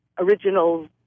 original